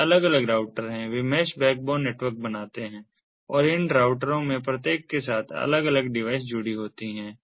ये अलग अलग राउटर वे मैश बैकबोन नेटवर्क बनाते हैं और इन राउटरों में से प्रत्येक के साथ अलग अलग डिवाइस जुड़ी होती हैं